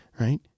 right